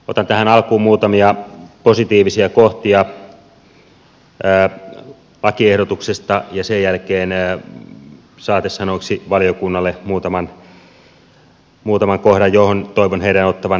otan tähän alkuun muutamia positiivisia kohtia lakiehdotuksesta ja sen jälkeen saatesanoiksi valiokunnalle muutaman kohdan johon toivon heidän ottavan tarkemmin kantaa